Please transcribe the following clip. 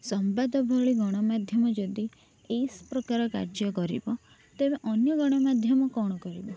ସମ୍ବାଦ ଭଳି ଗଣମାଧ୍ୟମ ଯଦି ଏସ୍ ପ୍ରକାର କାର୍ଯ୍ୟ କରିବ ତେବେ ଅନ୍ୟ ଗଣମାଧ୍ୟମ କ'ଣ କରିବ